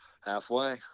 Halfway